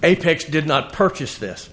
apex did not purchase this